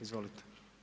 Izvolite!